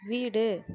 வீடு